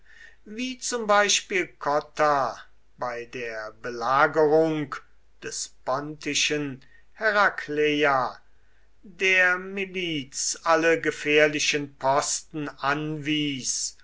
wie zum beispiel cotta bei der belagerung des pontischen herakleia der miliz alle gefährlichen posten anwies